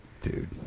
Dude